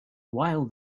while